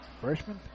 freshman